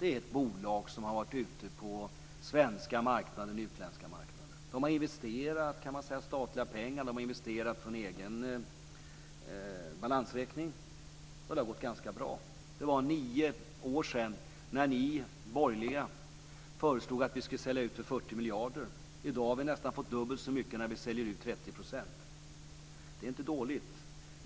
är ett bolag som har varit ute på den svenska marknaden och den utländska marknaden. Telia har investerat, kan man säga, statliga pengar. Bolaget har investerat från egen balansräkning. Och det har gått ganska bra. För nio år sedan föreslog ni borgerliga att vi skulle sälja ut för 40 miljarder. I dag har vi fått nästan dubbelt så mycket när vi säljer ut 30 %. Det är inte dåligt.